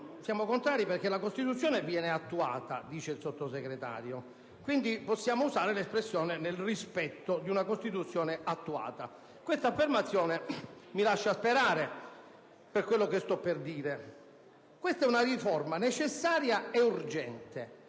è contrario perché la Costituzione viene attuata. Quindi, è possibile usare l'espressione «nel rispetto di una Costituzione attuata»: questa affermazione mi lascia sperare per quello che sto per dire. Questa è una riforma necessaria e urgente,